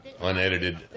unedited